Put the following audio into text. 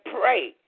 pray